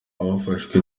abafashwe